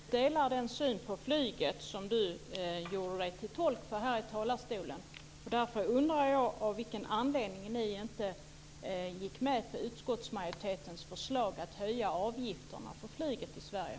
Herr talman! Vänsterpartiet delar den syn på flyget som Mikael Johansson gjorde sig till tolk för här i talarstolen. Därför undrar jag av vilken anledning Miljöpartiet inte gick med på utskottsmajoritetens förslag att höja avgifterna för flyget i Sverige?